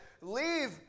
leave